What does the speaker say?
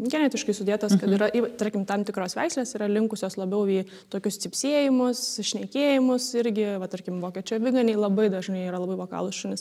genetiškai sudėtas kad yra tarkim tam tikros veislės yra linkusios labiau į tokius cypsėjimus šnekėjimus irgi va tarkim vokiečių aviganiai labai dažnai yra labai vokalūs šunys